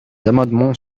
amendements